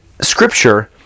Scripture